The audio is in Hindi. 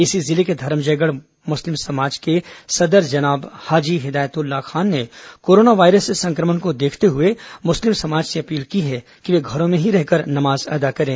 इसी जिले के धरमजयगढ़ मुस्लिम समाज के सदर जनाब हाजी हिदायतुल्ला खान ने कोरोना वायरस संक्रमण को देखत हुए मुस्लिम समाज से अपील की है कि वे घरों में ही रहकर नजाम अदा करे